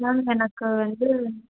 ma'am எனக்கு வந்து